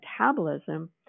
metabolism